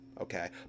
okay